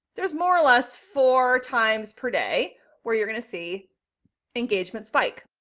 there's more or less four times per day where you're going to see engagement spike.